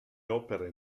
opere